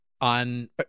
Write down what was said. on